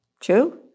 True